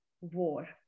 war